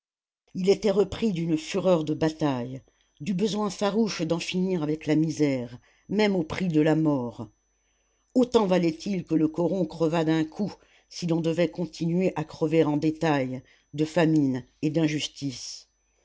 il était repris d'une fureur de bataille du besoin farouche d'en finir avec la misère même au prix de la mort autant valait-il que le coron crevât d'un coup si l'on devait continuer à crever en détail de famine et d'injustice